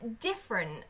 different